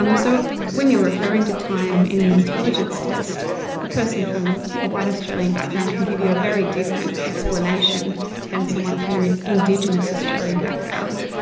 um so when you're referring to time in an intelligence test a person from a white australian background can give you a very different explanation than someone from an indigenous australian background.